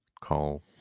call